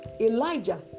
Elijah